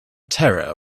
terror